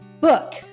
book